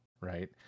right